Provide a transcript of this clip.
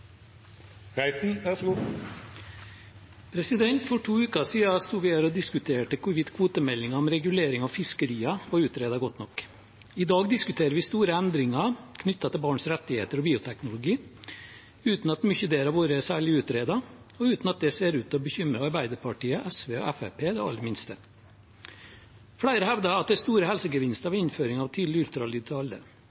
diskuterte hvorvidt kvotemeldingen om regulering av fiskeriene var utredet godt nok. I dag diskuterer vi store endringer knyttet til barns rettigheter og bioteknologi uten at mye der har vært særlig utredet, og uten at det ser ut til å bekymre Arbeiderpartiet, SV og Fremskrittspartiet det aller minste. Flere hevder at det er store helsegevinster